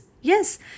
Yes